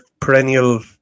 perennial